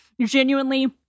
genuinely